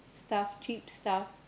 stuff cheap stuff